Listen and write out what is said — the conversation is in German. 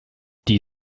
die